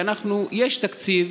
יש תקציב,